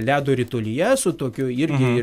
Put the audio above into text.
ledo ritulyje su tokiu irgi ir